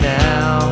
now